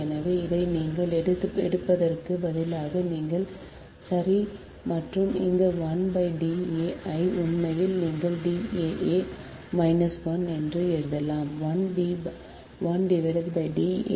எனவே இதை நீங்கள் எடுப்பதற்குப் பதிலாக நீங்கள் சரி மற்றும் இந்த 1 டி a ஐ உண்மையில் நீங்கள் D a a 1 என்று எழுதலாம் 1 D ab 1